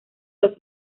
los